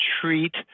treat